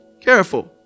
Careful